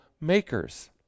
makers